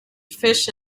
fish